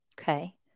Okay